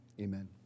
amen